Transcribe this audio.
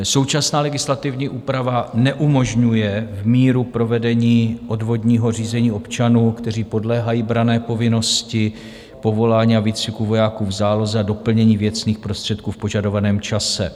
Současná legislativní úprava neumožňuje v míru provedení odvodního řízení občanů, kteří podléhají branné povinnosti, povolání a výcviku vojáků v záloze a doplnění věcných prostředků v požadovaném čase.